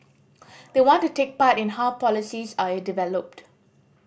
they want to take part in how policies are developed